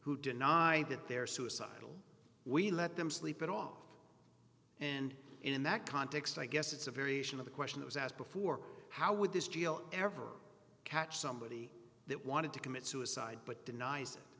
who deny that they're suicidal we let them sleep it off and in that context i guess it's a variation of the question was asked before how would this deal ever catch somebody that wanted to commit suicide but denies it